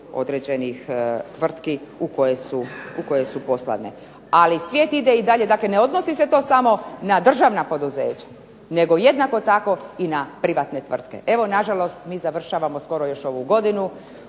određenih tvrtki u koje su poslane. Ali svijet ide i dalje, dakle ne odnosi se to samo na državna poduzeća nego jednako tako i na privatne tvrtke. Evo nažalost mi završavamo skoro još ovu godinu